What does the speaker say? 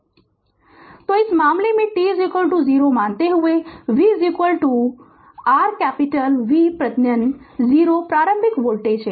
Refer Slide Time 0528 तो इस मामले में टी 0 मानते हुए कि v0 r कैपिटल V प्रत्यय 0 प्रारंभिक वोल्टेज है